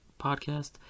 podcast